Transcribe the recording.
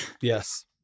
Yes